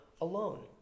alone